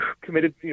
committed